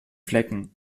flecken